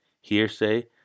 hearsay